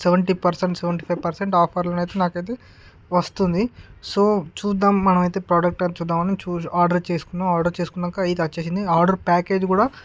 seventy percent seventy five percent ఆఫర్లో నైతే నాకైతే వస్తుంది సో చూద్దాం మనమైతే ప్రొడక్టు చూద్దాం అని చూ ఆర్డరు చేసుకున్నాం ఆర్డర్ చేసుకున్నాక ఇది వచ్చేసింది ఆర్డరు ప్యాకేజీ కూడా